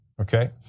Okay